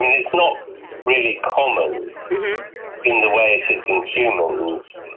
it's not really common in the way it is in humans.